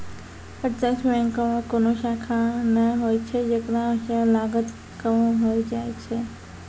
प्रत्यक्ष बैंको मे कोनो शाखा नै होय छै जेकरा से लागत कम होय जाय छै